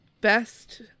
best